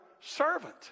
servant